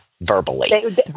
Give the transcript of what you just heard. verbally